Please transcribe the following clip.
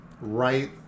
right